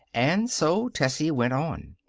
and so tessie went on.